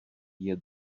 hear